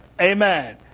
Amen